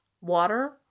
water